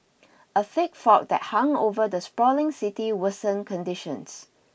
a thick fog that hung over the sprawling city worsen conditions